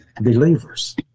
believers